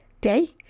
day